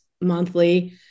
monthly